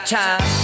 time